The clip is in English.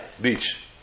beach